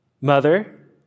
Mother